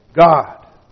God